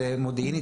זה מודיעיני.